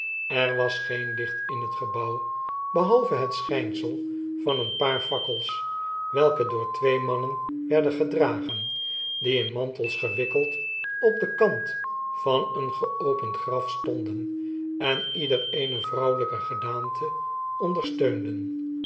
er was geen licht in het gebouw behalve het schynsel van een paar fakkels welke door twee mannen werden gedragen die in mantels gewikkeld op den kant van een geopend graf stonden en ieder eene vrouweljjke gedaante ondersteunden